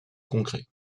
congrès